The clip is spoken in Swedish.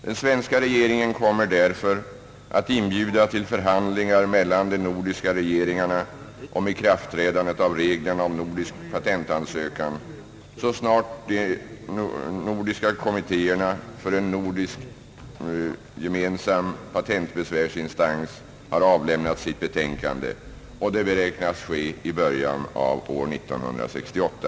Den svenska regeringen kommer därför att inbjuda till förhandlingar mellan de nordiska regeringarna om ikraftträdandet av reglerna om nordiska patentansökningar så snart de nordiska kommittéerna för en nordisk gemensam patentbesvärsinstans har avlämnat sitt betänkande, och det beräknas ske i början av år 1968.